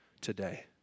today